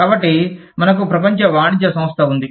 కాబట్టి మనకు ప్రపంచ వాణిజ్య సంస్థ ఉంది